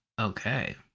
okay